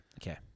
Okay